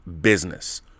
business